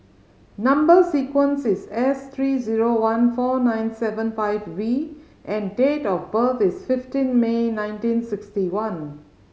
number sequence is S three zero one four nine seven five V and date of birth is fifteen May nineteen sixty one